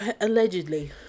Allegedly